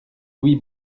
louis